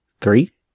Three